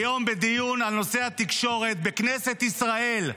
היום, בדיון על נושא התקשורת בכנסת ישראל,